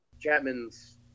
chapman's